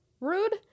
rude